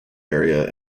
area